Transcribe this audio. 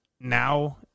now